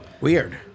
Weird